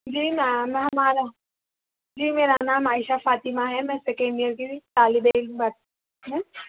جی ma'am میں ہمارا جی میرا نام عائشہ فاطمہ ہے میں سیکنڈ ایئر کی طالب علم ہوں ہوں